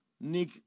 Nick